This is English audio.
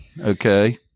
Okay